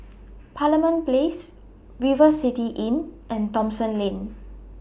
Parliament Place River City Inn and Thomson Lane